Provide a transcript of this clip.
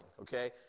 okay